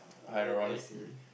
oh I see